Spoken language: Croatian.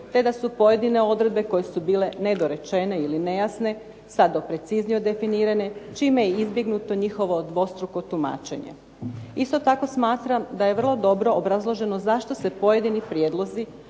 te da su pojedine odredbe koje su bile nedorečene ili nejasne sada preciznije definirane, čime je izbjegnuto njihovo dvostruko tumačenje. Isto tako smatram da je vrlo dobro obrazloženo zašto se pojedini prijedlozi